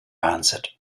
answered